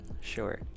sure